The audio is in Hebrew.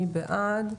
מי בעד?